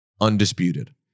undisputed